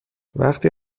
وقتی